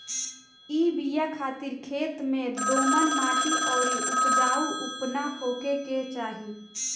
इ बिया खातिर खेत में दोमट माटी अउरी उपजाऊपना होखे के चाही